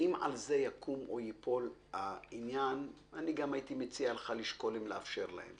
על זה יקום או ייפול העניין אני גם הייתי מציע לך לשקול אם לאפשר להם.